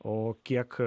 o kiek